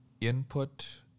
input